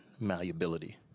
malleability